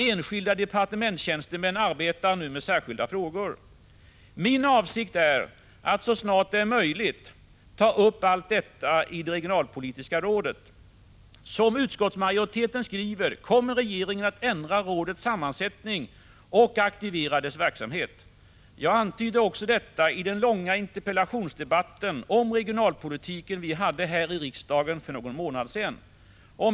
Enskilda departementstjänstemän arbetar nu med särskilda frågor. Min avsikt är att så snart det är möjligt ta upp allt detta i det regionalpolitiska rådet. Som utskottsmajoriteten skriver kommer regeringen att ändra rådets sammansättning och aktivera dess verksamhet. Jag antydde också detta i den långa interpellationsdebatt om regionalpolitiken som vi förde här i riksdagen för någon månad sedan.